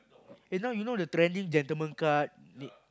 eh now you know the trending gentlemen cut n~